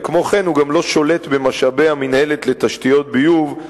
וכמו כן הוא גם לא שולט במשאבי המינהלת לתשתיות ביוב,